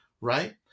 right